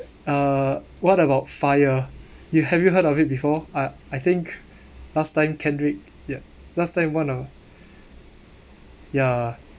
uh what about FIRE you have you heard of it before I I think last time kendrick yup last time one of ya